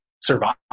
survive